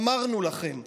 אמרנו לכם.